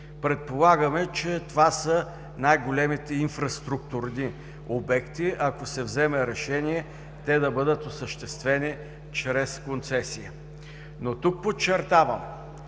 Предполагаме, че това са най-големите инфраструктурни обекти, ако се вземе решение те да бъдат осъществени чрез концесия. Тук подчертавам,